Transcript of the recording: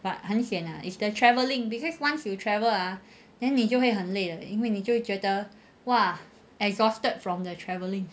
but 很 sian ah it's the travelling because once you travel ah then 你就会很累了因为你就觉得哇 exhausted from the travelling